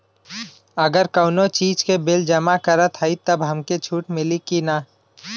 अगर कउनो चीज़ के बिल जमा करत हई तब हमके छूट मिली कि ना?